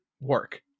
work